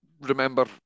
remember